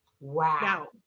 wow